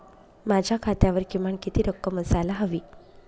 माझ्या खात्यावर किमान किती रक्कम असायला हवी?